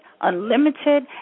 unlimited